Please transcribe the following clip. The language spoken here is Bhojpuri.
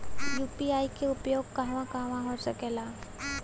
यू.पी.आई के उपयोग कहवा कहवा हो सकेला?